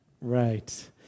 Right